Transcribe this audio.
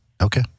Okay